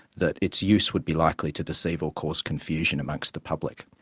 that its use would be likely to deceive or cause confusion amongst the public,